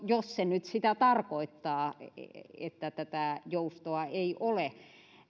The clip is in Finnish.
jos se nyt sitä tarkoittaa että tätä joustoa ei ole